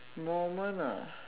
moment ah